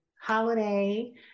holiday